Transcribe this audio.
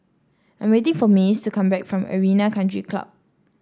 I'm waiting for Mace to come back from Arena Country Club